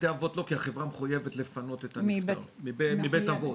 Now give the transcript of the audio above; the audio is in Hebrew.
בתי אבות לא כי החברה מחויבת לפנות את הנפטר מבית אבות.